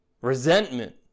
resentment